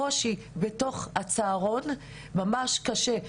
הקושי בתוך הצהרון, זה ממש קשה.